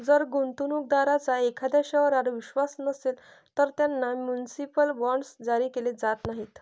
जर गुंतवणूक दारांचा एखाद्या शहरावर विश्वास नसेल, तर त्यांना म्युनिसिपल बॉण्ड्स जारी केले जात नाहीत